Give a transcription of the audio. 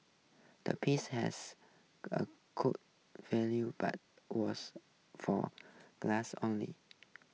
the piece has a cool value but was for glass only